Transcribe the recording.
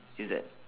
is that